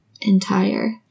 entire